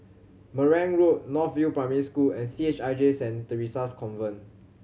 Marang Road North View Primary School and C H I J Saint Theresa's Convent